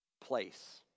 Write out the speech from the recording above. place